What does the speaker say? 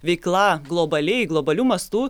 veikla globaliai globaliu mastu